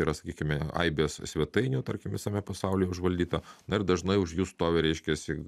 yra sakykime aibės svetainių tarkim visame pasaulyje užvaldyta na ir dažnai už jų stovi reiškiasi